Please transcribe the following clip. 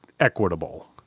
Equitable